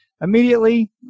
Immediately